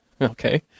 Okay